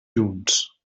junts